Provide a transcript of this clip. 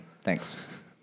Thanks